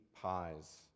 pies